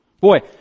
Boy